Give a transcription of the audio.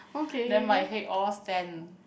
then my head all sand